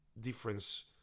difference